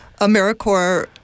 AmeriCorps